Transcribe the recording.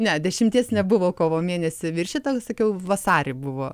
ne dešimties nebuvo kovo mėnesį viršyta sakiau vasarį buvo